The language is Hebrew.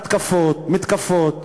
התקפות, מתקפות.